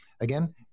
Again